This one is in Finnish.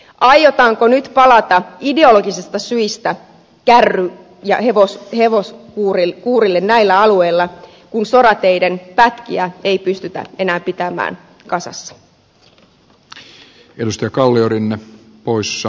aiotaanko nyt palata ideologisista syistä kärry ja hevoskuurille näillä alueilla kun sorateiden pätkiä ei pystytä enää pitämään kasassa